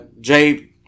Jay